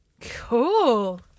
Cool